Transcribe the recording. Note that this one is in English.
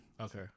Okay